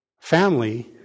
Family